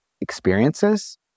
experiences